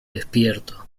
despierto